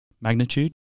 magnitude